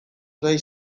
zait